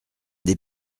des